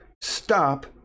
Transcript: stop